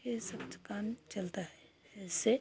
यह सब तो काम चलता ऐसे